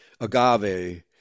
agave